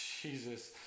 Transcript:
Jesus